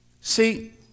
See